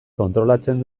kontrolatzen